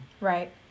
Right